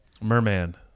Merman